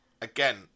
again